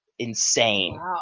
Insane